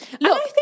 Look